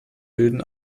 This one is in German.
bilden